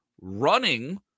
running